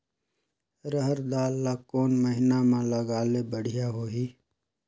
रहर दाल ला कोन महीना म लगाले बढ़िया होही?